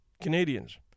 Canadians